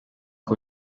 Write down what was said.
uko